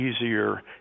easier